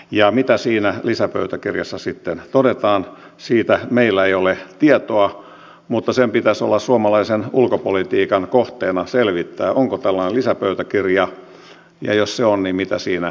ja mitä siinä lisäpöytäkirjassa sitten todetaan siitä meillä ei ole tietoa mutta pitäisi olla suomalaisen ulkopolitiikan kohteena selvittää onko siinä tällainen lisäpöytäkirja ja jos on niin mitä siinä sanotaan